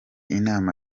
inama